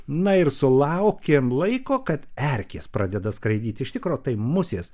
na ir sulaukėm laiko kad erkės pradeda skraidyti iš tikro tai musės